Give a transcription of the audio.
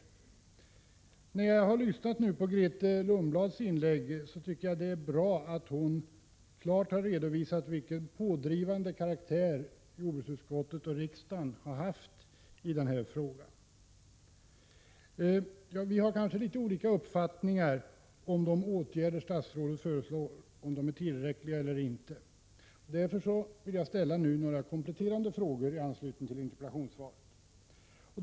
Efter att ha lyssnat till Grethe Lundblads inlägg tycker jag att det är bra att hon har redovisat vilken pådrivande roll jordbruksutskottet och riksdagen har haft i denna fråga. Vi har kanske litet olika uppfattningar om de åtgärder som statsrådet föreslår — om de är tillräckliga eller inte. Därför vill jag ställa några kompletterande frågor i anslutning till interpellationsvaret.